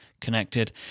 connected